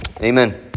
Amen